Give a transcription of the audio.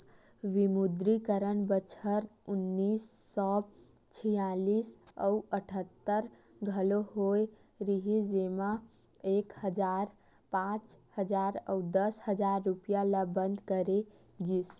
विमुद्रीकरन बछर उन्नीस सौ छियालिस अउ अठत्तर घलोक होय रिहिस जेमा एक हजार, पांच हजार अउ दस हजार रूपिया ल बंद करे गिस